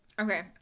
Okay